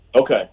Okay